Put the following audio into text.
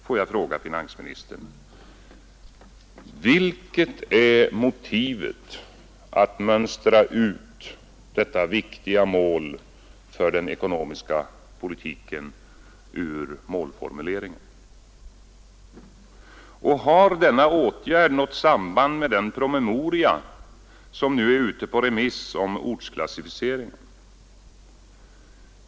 Får jag fråga finansministern: Vilket är motivet för att mönstra ut detta viktiga mål för den ekonomiska politiken ur målformuleringen? Har denna åtgärd något samband med den promemoria om ortsklassificering som nu är ute på remiss?